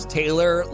taylor